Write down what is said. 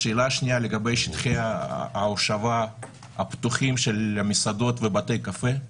השאלה השנייה לגבי שטחי הישיבה הפתוחים של מסעדות ובתי קפה.